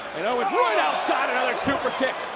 and owens right outside, another superkick.